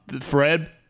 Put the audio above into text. Fred